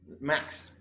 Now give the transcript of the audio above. max